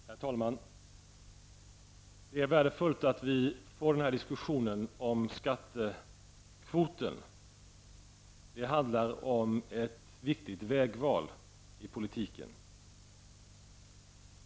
Herr talman! Det är värdefullt att vi får denna diskussion om skattekvoten. Det handlar om ett viktigt vägval inom politiken.